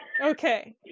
Okay